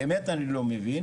באמת אני לא מבין